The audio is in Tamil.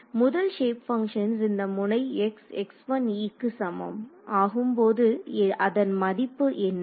முதல் சேப் பங்க்ஷன்ஸ் இந்த முனை xx1e க்கு சமம் ஆகும் போது அதன் மதிப்பு என்ன